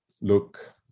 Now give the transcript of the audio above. look